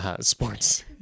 Sports